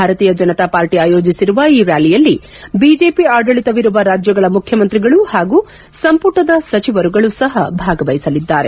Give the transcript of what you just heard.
ಭಾರತೀಯ ಜನತಾ ಪಾರ್ಟ ಆಯೋಜಿಸಿರುವ ಈ ರ್ಕಾಲಿಯಲ್ಲಿ ಬಿಜೆಪಿ ಆಡಳಿತವಿರುವ ರಾಜ್ಯಗಳ ಮುಖ್ಚಮಂತ್ರಿಗಳು ಹಾಗೂ ಸಂಪುಟದ ಸಚಿವರುಗಳು ಸಹ ಭಾಗವಹಿಸಲಿದ್ದಾರೆ